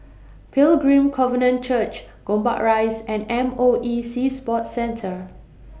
Pilgrim Covenant Church Gombak Rise and M O E Sea Sports Centre